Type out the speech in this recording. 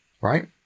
right